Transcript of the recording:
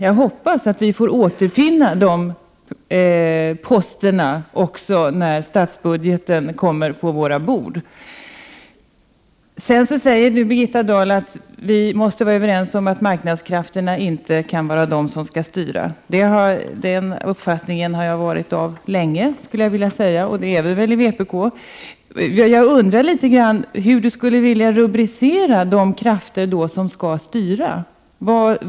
Jag hoppas att vi kommer att återfinna de posterna också när statsbudgeten kommer på våra bord. Sedan säger Birgitta Dahl att vi måste vara överens om att det inte är marknadskrafterna som skall styra. Den uppfattningen har jag haft länge, skulle jag vilja säga, och det gäller oss alla i vpk. Jag undrar litet grand hur Birgitta Dahl skulle vilja rubricera de krafter som skall styra.